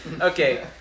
Okay